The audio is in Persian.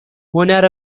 هنر